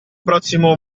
prossimo